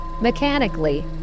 mechanically